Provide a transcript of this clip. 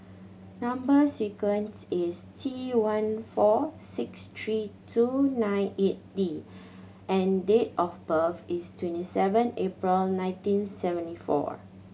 number sequence is T one four six three two nine eight D and date of birth is twenty seven April nineteen seventy four